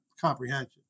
comprehension